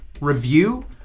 review